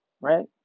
right